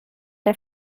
der